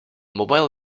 mobile